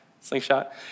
Slingshot